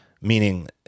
meaning